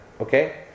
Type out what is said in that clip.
Okay